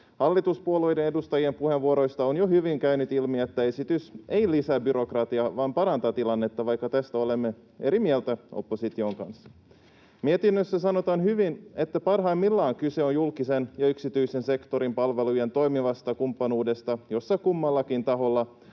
Hallituspuolueiden edustajien puheenvuoroista on jo hyvin käynyt ilmi, että esitys ei lisää byrokratiaa vaan parantaa tilannetta, vaikka tästä olemme eri mieltä opposition kanssa. Mietinnössä sanotaan hyvin, että parhaimmillaan kyse on julkisen ja yksityisen sektorin palvelujen toimivasta kumppanuudesta, jossa kummallakin taholla